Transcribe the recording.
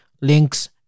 links